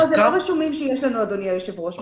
לא, אלה לא רישומים שיש לנו אדוני היושב ראש.